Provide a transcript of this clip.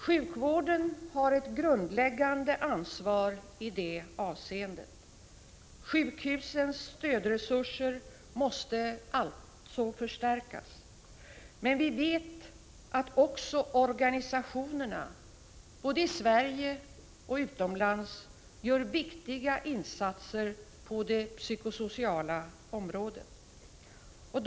Sjukvården har ett grundläggande ansvar i det avseendet. Sjukhusens stödresurser måste alltså förstärkas. Men vi vet att också organisationerna, både i Sverige och utomlands, gör viktiga insatser på det psykosociala Prot. 1985/86:109 området.